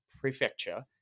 prefecture